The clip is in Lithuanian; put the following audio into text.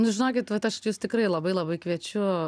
nu žinokit vat aš jus tikrai labai labai kviečiu